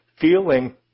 feeling